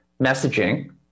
messaging